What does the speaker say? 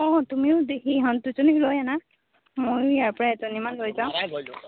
অঁ তুমিও দেহি ইহঁত দুজনীক লৈ আনা মইয়ো ইয়াৰ পৰা এজনীমান লৈ যাওঁ